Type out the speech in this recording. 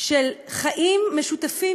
של חיים משותפים,